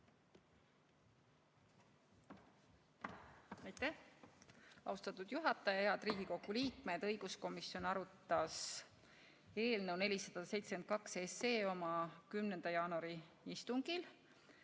Aitäh, austatud juhataja! Head Riigikogu liikmed! Õiguskomisjon arutas eelnõu 472 oma 10. jaanuari istungil.